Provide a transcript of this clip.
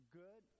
good